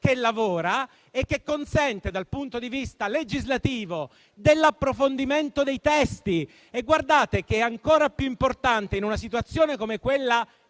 che lavora e che consente, dal punto di vista legislativo, un approfondimento dei testi. Ciò è ancora più importante in una situazione come quella